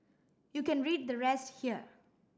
you can read the rest here